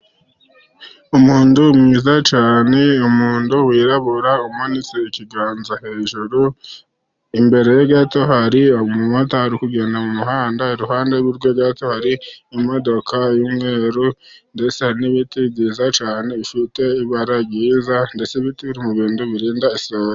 Umuntu mwiza cyane, umuntu wirabura umanitse ikiganza hejuru. Imbere ye gato hari umumotari uri kugenda mu muhanda. Iruhande rwe gato hari imodoka y'umweru, ndetse hari n'ibiti byiza cyane bifite ibara ryiza ,ndetse ibiti biri mu bintu birinda isuri.